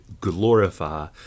glorify